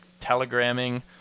telegramming